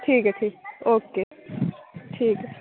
ठीक ऐ ठीक ऐ ओके ठीक ऐ